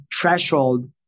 threshold